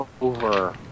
over